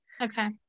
Okay